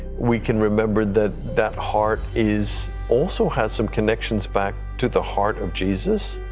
we can remember that that heart is also had some connections back to the heart of jesus.